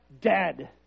dead